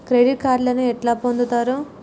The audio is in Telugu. క్రెడిట్ కార్డులను ఎట్లా పొందుతరు?